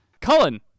Cullen